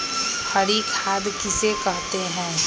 हरी खाद किसे कहते हैं?